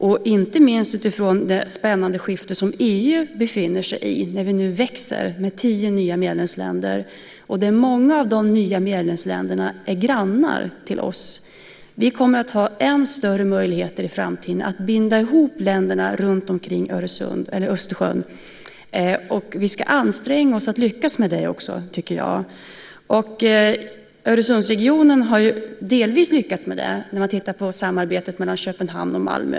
EU befinner sig i ett spännande skifte när vi nu växer med tio nya medlemsländer. Många av de nya medlemsländerna är grannar till oss. Vi kommer att ha än större möjligheter i framtiden att binda ihop länderna runtomkring Östersjön. Vi ska anstränga oss att lyckas med det också. Öresundsregionen har delvis lyckats med det. Man kan titta på samarbetet mellan Köpenhamn och Malmö.